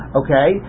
okay